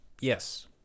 yes